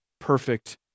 perfect